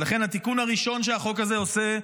ולכן התיקון הראשון שהחוק הזה עושה,